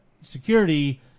security